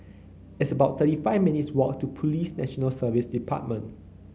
it's about thirty five minutes' walk to Police National Service Department